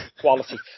quality